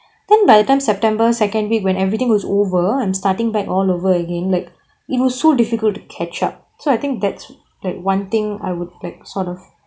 then by the time september second week when everything was over and starting back all over again like it was so difficult to catch up so I think that's the one thing I would like sort of